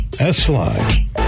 S-Fly